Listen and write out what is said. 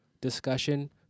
discussion